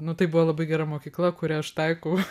nu tai buvo labai gera mokykla kurią aš taikau